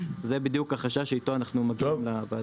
זה בדיוק החשש שאיתו אנחנו מגיעים לוועדה.